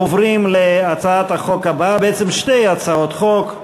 עוברים להצעת החוק הבאה, בעצם שתי הצעות חוק,